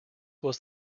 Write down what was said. was